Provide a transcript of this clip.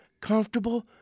comfortable